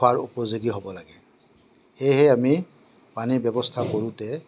খোৱাৰ উপযোগী হ'ব লাগে সেয়েহে আমি পানীৰ ব্যৱস্থা কৰোঁতে